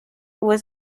was